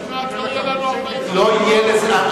עוד מעט לא יהיו לנו 40 חתימות.